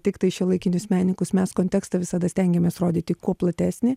tiktai šiuolaikinius menininkus mes kontekstą visada stengiamės rodyti kuo platesnį